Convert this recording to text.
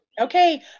Okay